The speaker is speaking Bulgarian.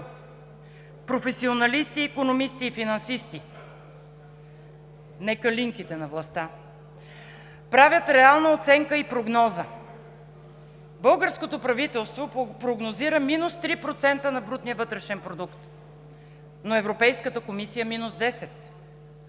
професионалисти, икономисти и финансисти, не калинките на властта правят реална оценка и прогноза. Българското правителство прогнозира минус 3% на брутния вътрешен продукт, но Европейската комисия – минус 10%.